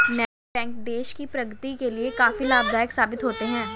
नैतिक बैंक देश की प्रगति के लिए काफी लाभदायक साबित होते हैं